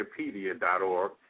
wikipedia.org